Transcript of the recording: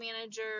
manager